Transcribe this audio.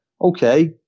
okay